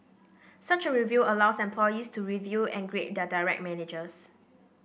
such a review allows employees to review and grade their direct managers